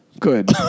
Good